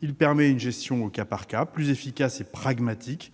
qui permet une gestion au cas par cas plus efficace et pragmatique